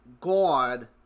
god